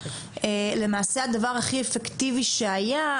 למעשה הדבר הכי אפקטיבי שהיה,